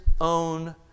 own